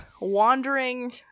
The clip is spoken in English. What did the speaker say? wandering